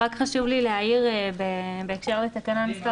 חשוב לי להעיר בהקשר לתקנה מספר